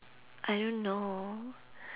I don't know